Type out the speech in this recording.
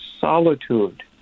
solitude